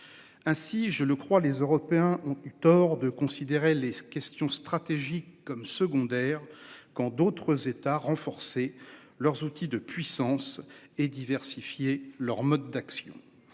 Ainsi, je le crois. Les Européens ont eu tort de considérer les questions stratégiques comme secondaire quand d'autres États renforcer leurs outils de puissance et diversifier leurs modes d'action.